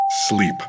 sleep